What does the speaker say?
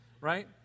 Right